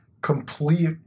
complete